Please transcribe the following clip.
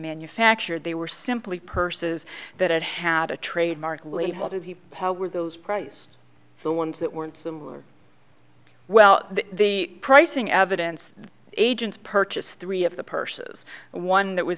manufactured they were simply purses that had a trademark label did he how were those price the ones that weren't well the pricing evidence agents purchased three of the purses and one that was